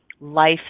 life